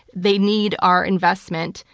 they need our investment.